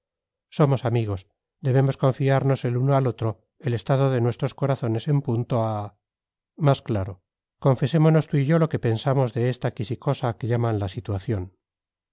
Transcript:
somos amigos debemos confiarnos el uno al otro el estado de nuestros corazones en punto a más claro confesémonos tú y yo lo que pensamos de esta quisicosa que llaman la situación